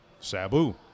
Sabu